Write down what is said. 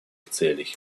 целей